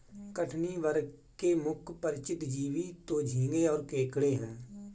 कठिनी वर्ग के मुख्य परिचित जीव तो झींगें और केकड़े हैं